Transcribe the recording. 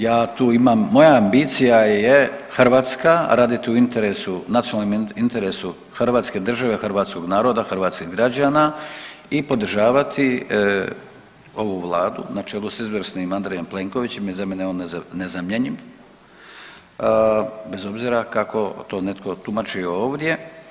Ja tu imam, moja ambicija je Hrvatska, radit u interesu, nacionalnom interesu hrvatske države, hrvatskog naroda, hrvatskih građana i podržavati ovu vladu, znači ovu s izvrsnim Andrejem Plenkovićem jer za mene je on nezamjenjiv bez obzira kako to netko tumačio ovdje.